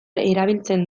erabiltzen